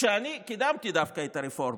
כשאני קידמתי דווקא את הרפורמה.